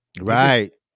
Right